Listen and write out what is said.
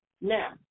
Now